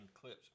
clips